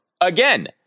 again